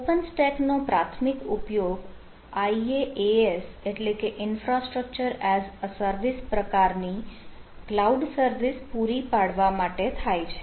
open સ્ટેકનો પ્રાથમિક ઉપયોગ IaaS એટલે કે ઇન્ફ્રાસ્ટ્રક્ચર એઝ અ સર્વિસ પ્રકાર ની કલાઉડ સર્વિસ પૂરી પાડવા માટે થાય છે